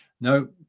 No